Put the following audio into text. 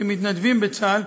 כמתנדבים בצה"ל,